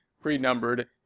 Pre-numbered